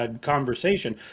conversation